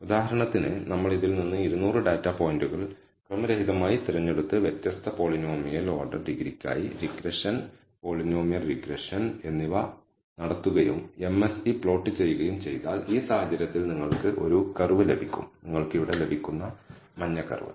ഉദാഹരണത്തിന് നിങ്ങൾ ഇതിൽ നിന്ന് 200 ഡാറ്റാ പോയിന്റുകൾ ക്രമരഹിതമായി തിരഞ്ഞെടുത്ത് വ്യത്യസ്ത പോളിനോമിയൽ ഓർഡർ ഡിഗ്രിക്കായി റിഗ്രഷൻ പോളിനോമിയൽ റിഗ്രഷൻ എന്നിവ നടത്തുകയും MSE പ്ലോട്ട് ചെയ്യുകയും ചെയ്താൽ ഈ സാഹചര്യത്തിൽ നിങ്ങൾക്ക് ഒരു കർവ് ലഭിക്കും നിങ്ങൾക്ക് ഇവിടെ ലഭിക്കുന്ന മഞ്ഞ കർവ്